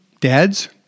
dads